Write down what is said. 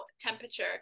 temperature